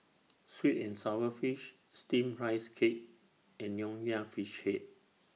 Sweet and Sour Fish Steamed Rice Cake and Nonya Fish Head